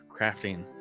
crafting